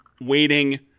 Waiting